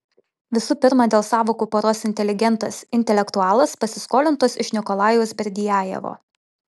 visų pirma dėl sąvokų poros inteligentas intelektualas pasiskolintos iš nikolajaus berdiajevo